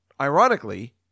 ironically